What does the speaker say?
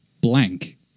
blank